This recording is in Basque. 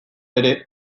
ere